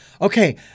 okay